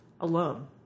alone